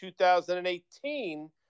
2018